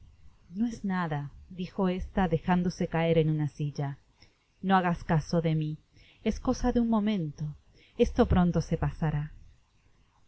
ino es nadadijo ésta dejándose caer en una silla no hagas caso de mi es cosa de un momento esto pronto se pasará